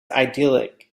idyllic